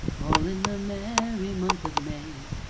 all in the merry month of may,